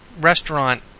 restaurant